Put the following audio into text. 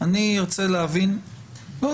אני ארצה להבין --- לא,